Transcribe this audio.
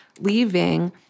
leaving